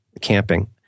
camping